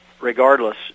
regardless